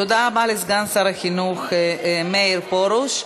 תודה רבה לסגן שר החינוך מאיר פרוש.